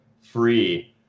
free –